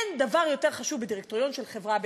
אין דבר יותר חשוב בדירקטוריון של חברה,